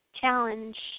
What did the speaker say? challenge